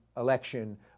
election